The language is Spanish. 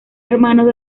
hermano